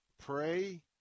Pray